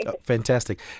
Fantastic